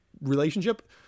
relationship